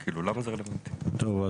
טוב.